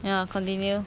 ya continue